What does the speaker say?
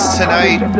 tonight